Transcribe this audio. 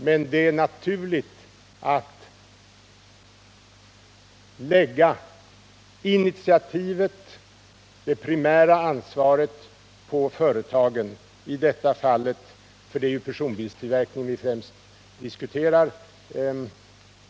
Men det är naturligt att lägga initiativet och det primära ansvaret på företagen själva — i detta fall för personbilstillverkningen, eftersom det är den vi främst diskuterar.